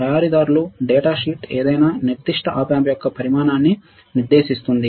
తయారీదారులు డేటాషీట్ ఏదైనా నిర్దిష్ట ఆప్ ఆంప్ యొక్క పరిమాణాన్ని నిర్దేశిస్తుంది